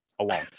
alone